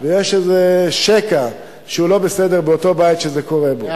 ויש איזה שקע שהוא לא בסדר באותו בית שזה קורה בו,